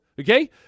okay